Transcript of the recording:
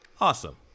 Awesome